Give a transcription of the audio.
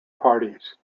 parties